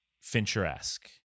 Fincher-esque